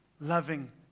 loving